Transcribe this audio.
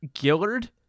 Gillard